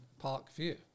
Parkview